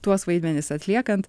tuos vaidmenis atliekant